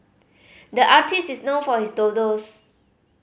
the artist is known for his doodles